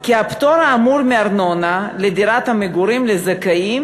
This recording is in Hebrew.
כי הפטור האמור מארנונה לדירת המגורים לזכאים